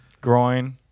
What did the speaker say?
Groin